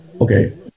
Okay